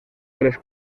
tres